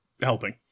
helping